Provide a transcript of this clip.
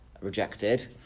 rejected